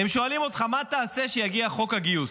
הם שואלים אותך: מה תעשה כשיגיע חוק הגיוס?